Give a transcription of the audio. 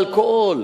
האלכוהול,